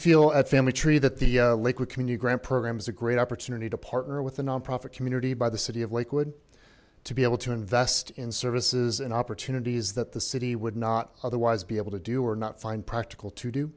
feel at family tree that the lakewood community grant program is a great opportunity to partner with the nonprofit community by the city of lakewood to be able to invest in services and opportunities that the city would not otherwise be able to do or not find practical to do